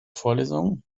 vorlesung